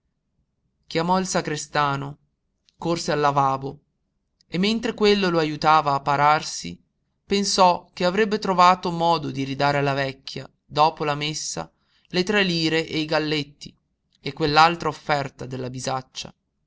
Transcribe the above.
chiamò il sagrestano corse al lavabo e mentre quello lo ajutava a pararsi pensò che avrebbe trovato modo di ridare alla vecchia dopo la messa le tre lire e i galletti e quell'altra offerta della